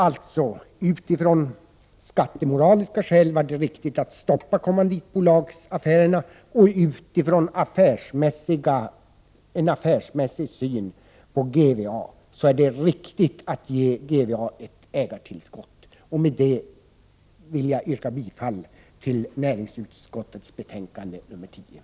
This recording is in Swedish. Utifrån skattemoraliska synpunkter var det riktigt att stoppa kommanditbolagsaffärerna. Utifrån en affärsmässig syn på GVA är det riktigt att ge GVA ett ägartillskott. Med det vill jag yrka bifall till hemställan i näringsutskottets betänkande 10.